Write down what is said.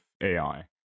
AI